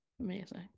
Amazing